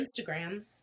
Instagram